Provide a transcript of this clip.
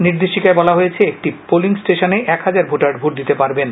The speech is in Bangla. নির্দেশিকায় বলা হয়েছে একটি পোলিং স্টেশনে এক হাজার ভোটার ভোট দিতে পারবেন